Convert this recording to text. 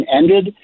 ended